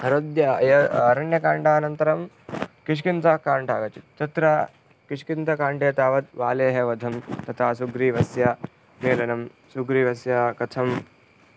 अयोध्या अरण्यकाण्डानन्तरं किष्किन्धाकाण्डम् आगच्छति तत्र किष्किन्धाकाण्डे तावत् वालेः वधं तथा सुग्रीवस्य मेलनं सुग्रीवस्य कथं